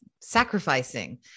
sacrificing